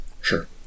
Sure